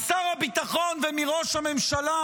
משר הביטחון ומראש הממשלה,